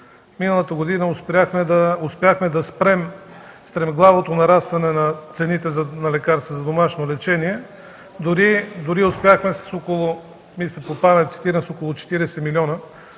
миналата година успяхме да спрем стремглавото нарастване на цените на лекарствата за домашно лечение, дори успяхме да направим